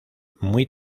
muy